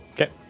Okay